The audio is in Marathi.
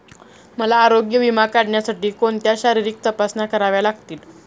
मला आरोग्य विमा काढण्यासाठी कोणत्या शारीरिक तपासण्या कराव्या लागतील?